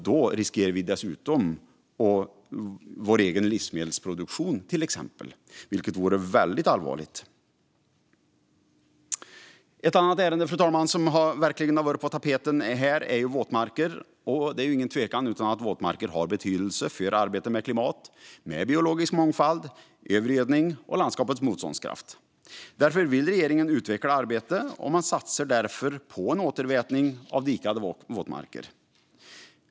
Då riskerar vi dessutom till exempel vår egen livsmedelsproduktion, vilket vore väldigt allvarligt. Fru talman! Ett annat ärende som verkligen har varit på tapeten här gäller våtmarker. Det är ingen tvekan om att våtmarker har betydelse för arbetet med klimat, biologisk mångfald, övergödning och landskapets motståndskraft. Därför vill regeringen utveckla arbetet. Man satsar därför på en återvätning av dikade våtmarker.